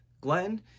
Glenn